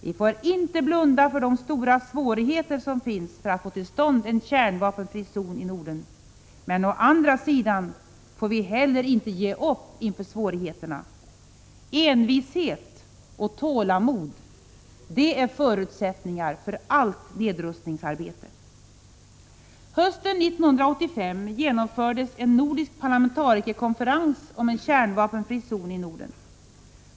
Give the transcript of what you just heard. Vi får inte blunda för de stora svårigheter som finns att få till stånd en kärnvapenfri zon i Norden. Vi får inte heller ge upp inför svårigheterna. Envishet och tålamod är förutsättningar för allt nedrustningsarbete. Hösten 1985 genomfördes en nordisk parlamentarikerkonferens om en kärnvapenfri zon i Norden.